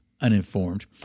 uninformed